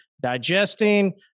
digesting